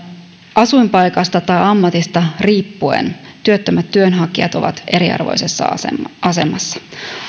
asuinpaikasta tai ammatista riippuen työttömät työnhakijat ovat eriarvoisessa asemassa